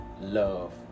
love